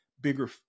bigger